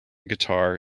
guitar